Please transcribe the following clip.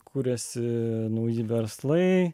kuriasi nauji verslai